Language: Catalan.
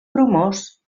bromós